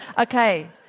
Okay